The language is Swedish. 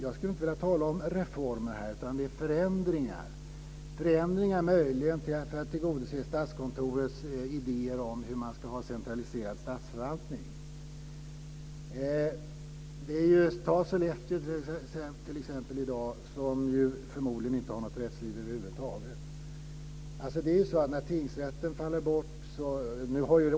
Jag skulle inte vilja tala om reformer här utan förändringar, möjligen för att tillgodose Statskontorets idéer om en centraliserad statsförvaltning. Ta t.ex. Sollefteå, som i dag förmodligen inte har något rättsliv över huvud taget.